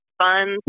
fun